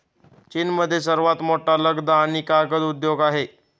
चीनमध्ये सर्वात मोठा लगदा आणि कागद उद्योग आहे